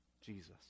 Jesus